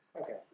Okay